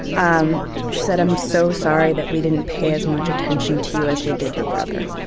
um she said i'm so sorry that we didn't pay as much attention to you as we did your brother.